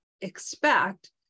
expect